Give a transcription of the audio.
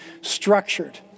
structured